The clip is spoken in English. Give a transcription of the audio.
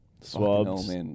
swabs